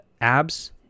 abs